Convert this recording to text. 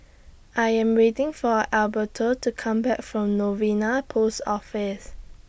I Am waiting For Alberto to Come Back from Novena Post Office